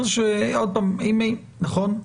נכון?